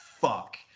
fuck